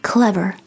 Clever